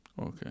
okay